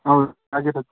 ಹೌದು ಆಗಿದೆ